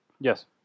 Yes